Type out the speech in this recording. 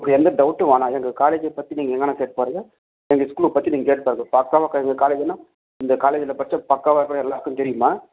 உங்களுக்கு எந்த டவுட்டும் வேணாம் எங்கள் காலேஜை பற்றி நீங்கள் எங்கேணா கேட்டு பாருங்கள் எங்கள் ஸ்கூலை பற்றி நீங்கள் கேட்டு பாருங்கள் பக்காவாக எங்கள் காலேஜுன்னா எங்கள் காலேஜில் படித்தா பக்காவாக எல்லோருக்கும் தெரியும்மா